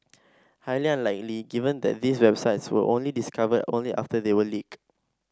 highly unlikely given that these websites were only discovered only after they were leaked